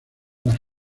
las